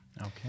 Okay